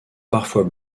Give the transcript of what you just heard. parfois